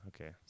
okay